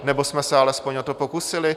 Nebo jsme se alespoň o to pokusili?